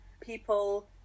people